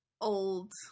old